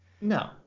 No